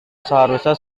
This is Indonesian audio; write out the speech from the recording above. seharusnya